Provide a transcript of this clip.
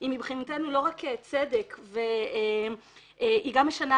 היא מבחינתנו לא רק צדק, היא גם משנה